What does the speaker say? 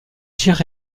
tyr